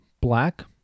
black